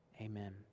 amen